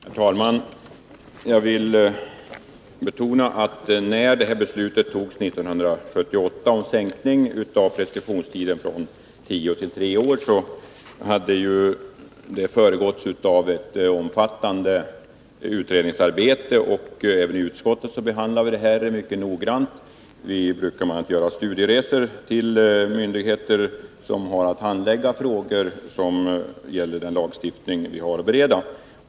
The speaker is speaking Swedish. Herr talman! Jag vill betona att det beslut om sänkning av preskriptionstiden från tio till tre år som togs 1978 hade föregåtts av ett omfattande utredningsarbete, och även i utskottet behandlade vi frågan mycket noggrant. Vi brukar bl.a. göra studieresor till myndigheter som har att handlägga frågor inom ramen för den lagstiftning som vi har att bereda.